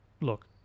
look